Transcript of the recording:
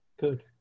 Good